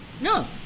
no